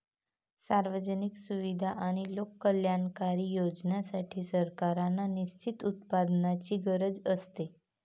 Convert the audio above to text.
सार्वजनिक सुविधा आणि लोककल्याणकारी योजनांसाठी, सरकारांना निश्चित उत्पन्नाची गरज असते